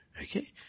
Okay